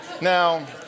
Now